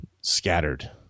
scattered